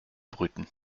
brüten